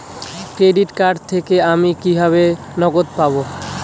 Credit card থেকে আমি কিভাবে নগদ পাব?